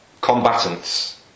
combatants